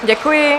Děkuji.